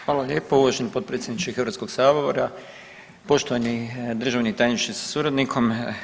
Hvala lijepo uvaženi potpredsjedniče Hrvatskog sabora, poštovani državni tajniče sa suradnikom.